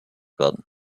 werden